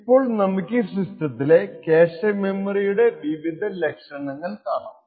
ഇപ്പോൾ നമുക്കീ സിസ്റ്റത്തിലെ ക്യാഷെ മെമ്മറിയുടെ വിവിധ ലക്ഷണങ്ങൾ കാണാം